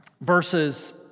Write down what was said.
verses